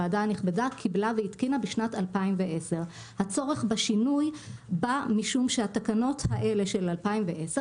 הוועדה הנכבדה קיבלה והתקינה בשנת 2010. הצורך בשינוי בא משום שהתקנות האלה של 2010,